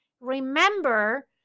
remember